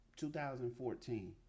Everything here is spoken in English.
2014